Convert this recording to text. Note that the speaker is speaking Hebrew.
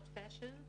Old fashioned?